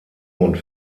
und